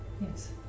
Yes